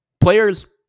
players